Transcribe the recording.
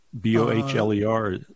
b-o-h-l-e-r